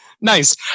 Nice